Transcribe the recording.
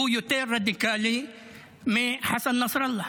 והוא יותר רדיקלי מחסן נסראללה.